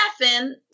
laughing